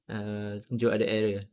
err tunjuk ada error